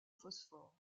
phosphore